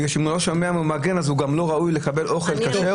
בגלל שאם הוא מעגן אז הוא גם לא ראוי לקבל אוכל כשר,